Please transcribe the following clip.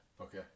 Okay